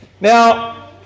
Now